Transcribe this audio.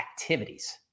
activities